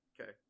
Okay